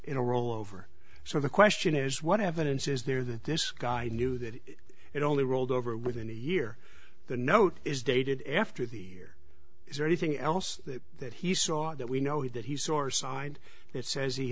in a rollover so the question is what evidence is there that this guy knew that it only rolled over within a year the note is dated after the is there anything else that he saw that we know that he source signed that says he